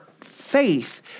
faith